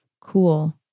Cool